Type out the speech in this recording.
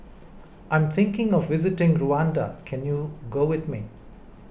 I'm thinking of visiting Rwanda can you go with me